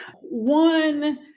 one